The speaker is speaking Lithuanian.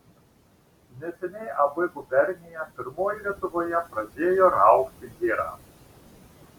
neseniai ab gubernija pirmoji lietuvoje pradėjo raugti girą